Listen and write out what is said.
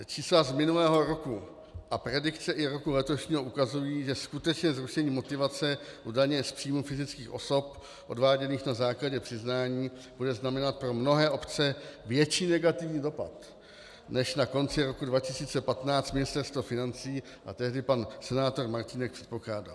Čísla z minulého roku a predikce roku letošního ukazují, že skutečně zrušení motivace u daně z příjmů fyzických osob odváděných na základě přiznání bude znamenat pro mnohé obce větší negativní dopad, než na konci roku 2015 Ministerstvo financí a tehdy pan senátor Martínek předpokládali.